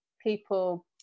people